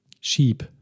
Sheep